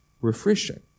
refreshing